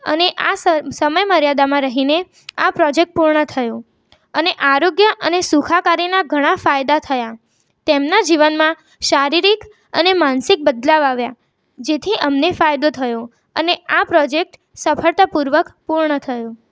અને આ સ સમય મર્યાદામાં રહીને આ પ્રોજેક પૂર્ણ થયો અને આરોગ્ય અને સુખાકારીના ઘણા ફાયદા થયા તેમના જીવનમાં શારીરિક અને માનસિક બદલાવ આવ્યા જેથી અમને ફાયદો થયો અને આ પ્રોજેક્ટ સફળતાપૂર્વક પૂર્ણ થયો